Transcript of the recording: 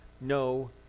no